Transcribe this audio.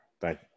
Thank